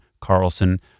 Carlson